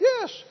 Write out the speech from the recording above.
Yes